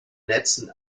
netzen